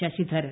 Sasidharan